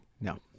no